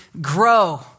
grow